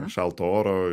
šalto oro